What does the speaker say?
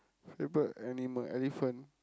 favourite animal elephant